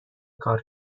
کار